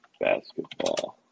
Basketball